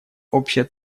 общая